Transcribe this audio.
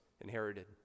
inherited